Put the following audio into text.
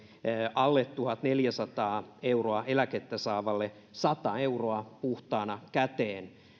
alle tuhatneljäsataa euroa eläkettä saavalle sata euroa puhtaana käteen